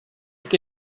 que